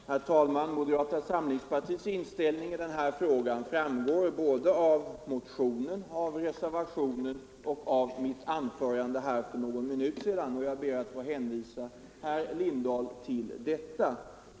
skottsutfrågningar Herr talman! Moderata samlingspartiets inställning i denna fråga framgår såväl av motionen och reservationen som av mitt anförande här för någon minut sedan. Jag ber att få hänvisa herr Lindahl i Hamburgsund till detta.